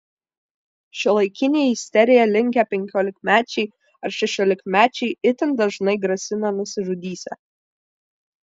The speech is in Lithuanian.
šiuolaikiniai į isteriją linkę penkiolikmečiai ar šešiolikmečiai itin dažnai grasina nusižudysią